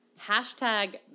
hashtag